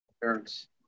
parents